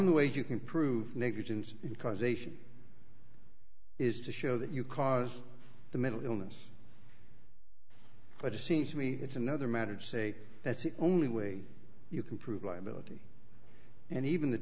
way you can prove negligence causation is to show that you cause the mental illness but it seems to me it's another matter to say that's the only way you can prove liability and even the